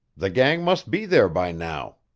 the gang must be there by now.